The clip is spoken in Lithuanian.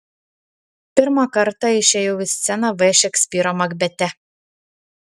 pirmą kartą išėjau į sceną v šekspyro makbete